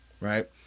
right